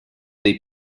dei